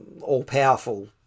all-powerful